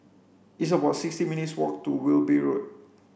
it's about sixty minutes' walk to Wilby Road